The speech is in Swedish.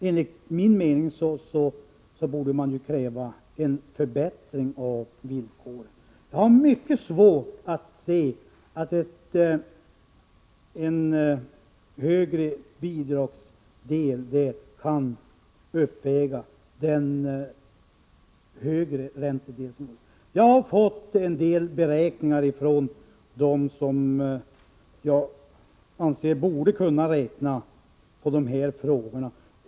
Enligt min mening borde man kräva en förbättring av villkoren. Jag har mycket svårt att se att en högre bidragsdel kan uppväga den högre räntan. Jag har fått en del beräkningar från personer som jag anser bör kunna räkna på sådana här lån.